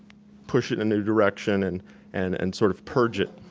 push it in a direction and and and sort of purge it.